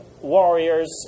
warriors